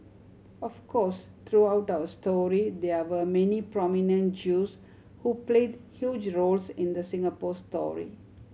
of course throughout our history there were many prominent Jews who played huge roles in the Singapore story